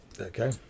Okay